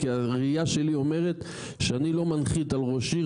כי הראייה שלי אומרת שאני לא מנחית על ראש עיר,